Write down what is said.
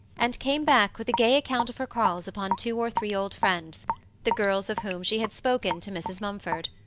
and came back with a gay account of her calls upon two or three old friends the girls of whom she had spoken to mrs. mumford.